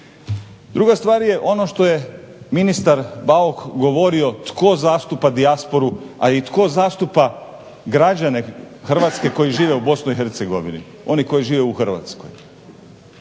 Druga stvar je ono što je ministar Bauk govorio tko zastupa dijasporu a i tko zastupa građane Hrvatske koji žive u Bosni i Hercegovini oni koji žive u Hrvatskoj.